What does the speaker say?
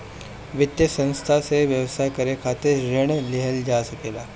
वित्तीय संस्था से व्यवसाय करे खातिर ऋण लेहल जा सकेला